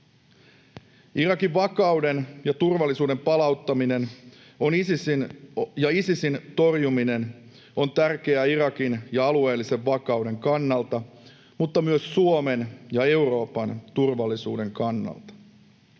Irakin vakauden ja turvallisuuden palauttaminen ja Isisin torjuminen on tärkeää Irakin ja alueellisen vakauden kannalta mutta myös Suomen ja Euroopan turvallisuuden kannalta.